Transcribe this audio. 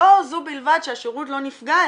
לא זו בלבד שהשירות לא נפגע,